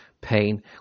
pain